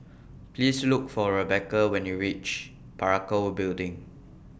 Please Look For Rebecca when YOU REACH Parakou Building